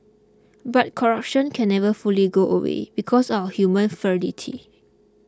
but corruption can never fully go away because of our human frailty